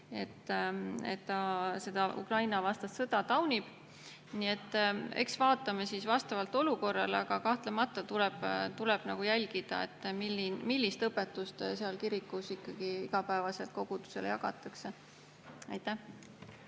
et ta Ukraina-vastast sõda taunib. Eks vaatame siis vastavalt olukorrale. Aga kahtlemata tuleb jälgida, millist õpetust seal kirikus ikkagi igapäevaselt kogudusele jagatakse. Aitäh!